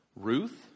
Ruth